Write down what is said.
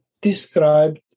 described